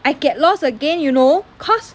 I get lost again you know cause